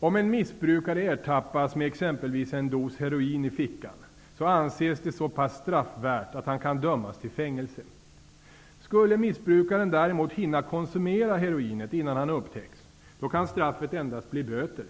Om en missbrukare ertappas med exempelvis en dos heroin i fickan anses det så pass straffvärt att han kan dömas till fängelse. Skulle missbrukaren däremot hinna konsumera heroinet innan han upptäcks kan straffet endast bli böter,